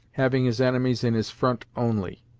having his enemies in his front only.